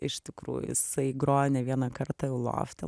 iš tikrųjų jisai grojo ne vieną kartą jau lofte